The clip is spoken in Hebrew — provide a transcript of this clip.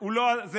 הוא לא עסק